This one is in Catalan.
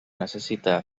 necessite